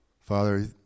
Father